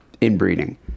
inbreeding